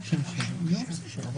מאשררים אותו במליאה וזה קיים